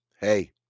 hey